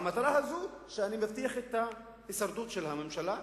והמטרה היא שאני מבטיח את הישרדות הממשלה,